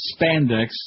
spandex